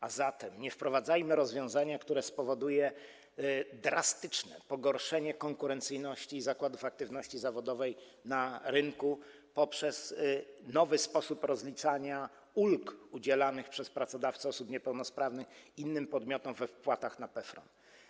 A zatem nie wprowadzajmy rozwiązania, które spowoduje drastyczne pogorszenie konkurencyjności zakładów aktywności zawodowej na rynku poprzez nowy sposób rozliczania ulg udzielanych przez pracodawcę osób niepełnosprawnych innym podmiotom we wpłatach na PFRON.